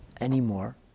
anymore